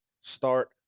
start